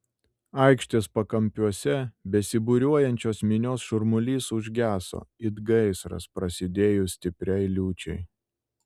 aikštės pakampiuose besibūriuojančios minios šurmulys užgeso it gaisras prasidėjus stipriai liūčiai